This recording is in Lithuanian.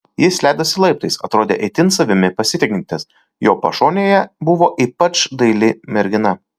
jis leidosi laiptais atrodė itin savimi pasitikintis jo pašonėje buvo ypač daili mergina